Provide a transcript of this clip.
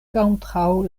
kontraŭ